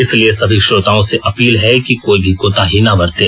इसलिए सभी श्रोताओं से अपील है कि कोई भी कोताही ना बरतें